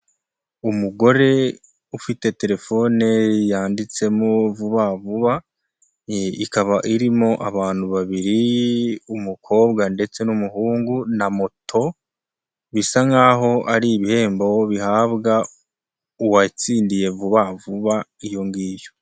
Umugore ufite telefone yanditsemo vuba vuba, ikaba irimo abantu babiri, umukobwa ndetse n'umuhungu na moto, bisa nkaho ari ibihembo bihabwa uwatsindiye vuba vuba iyo ngiyo.